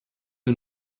you